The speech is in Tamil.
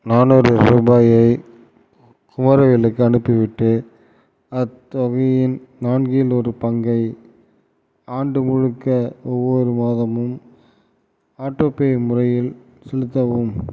நானூறு ரூபாயை குமரவேலுக்கு அனுப்பிவிட்டு அத்தொகையின் நான்கில் ஒரு பங்கை ஆண்டு முழுக்க ஒவ்வொரு மாதமும் ஆட்டோபே முறையில் செலுத்தவும்